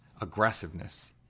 aggressiveness